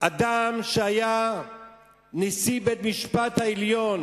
אדם שהיה נשיא בית-משפט העליון